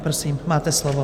Prosím, máte slovo.